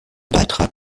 beitrag